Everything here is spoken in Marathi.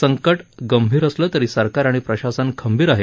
संकट गंभीर असलं तरी सरकार आणि प्रशासन खंबीर आहे